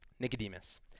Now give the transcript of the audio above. Nicodemus